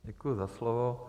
Děkuji za slovo.